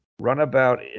runabout